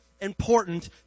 important